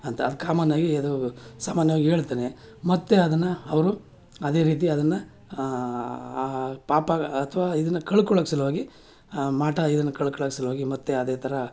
ಅಂತ ಕಾಮನ್ನಾಗಿ ಅದೂ ಸಾಮಾನ್ಯವಾಗಿ ಹೇಳ್ತಲೇ ಮತ್ತು ಅದನ್ನು ಅವರು ಅದೇ ರೀತಿ ಅದನ್ನು ಆ ಪಾಪಗ ಅಥ್ವಾ ಇದನ್ನು ಕಳ್ಕೊಳ್ಳೋಕೆ ಸಲುವಾಗಿ ಮಾಟ ಇದನ್ನು ಕಳ್ಕೊಳ್ಳೊ ಸಲುವಾಗಿ ಮತ್ತು ಅದೇ ಥರ